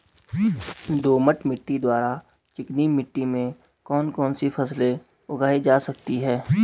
दोमट मिट्टी और चिकनी मिट्टी में कौन कौन सी फसलें उगाई जा सकती हैं?